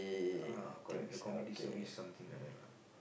ah correct the community service something like that lah